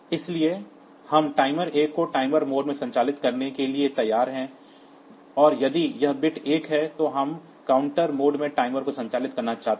इसलिए हम टाइमर 1 को टाइमर मोड में संचालित करने के लिए तैयार हैं और यदि यह बिट 1 है तो हम काउंटर मोड में टाइमर को संचालित करना चाहते हैं